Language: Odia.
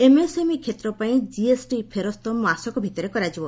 ଏମ୍ଏସ୍ଏମ୍ଇ କ୍ଷେତ୍ର ପାଇଁ ଜିଏସ୍ଟି ଫେରସ୍ତ ମାସକ ଭିତରେ କରାଯିବ